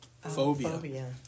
phobia